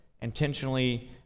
intentionally